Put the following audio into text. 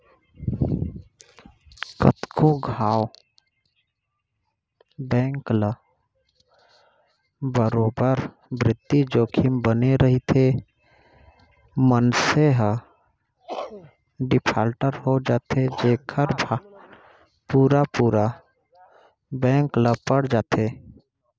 कतको घांव बेंक ल बरोबर बित्तीय जोखिम बने रइथे, मनसे ह डिफाल्टर हो जाथे जेखर भार पुरा पुरा बेंक ल पड़ जाथे